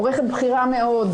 עורכת בכירה מאו,